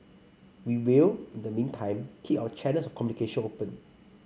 we will in the meantime keep our channels of communication open